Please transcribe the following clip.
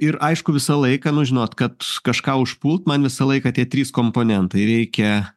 ir aišku visą laiką nu žinot kad kažką užpult man visą laiką tie trys komponentai reikia